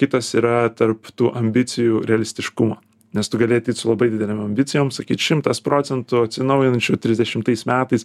kitas yra tarp tų ambicijų realistiškumo nes tu gali ateit su labai didelėm ambicijom sakyt šimtas procentų atsinaujinančių trisdešimtais metais